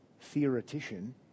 theoretician